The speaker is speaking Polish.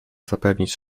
zapewnić